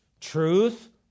truth